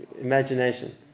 imagination